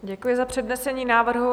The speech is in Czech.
Děkuji za přednesení návrhu.